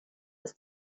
ist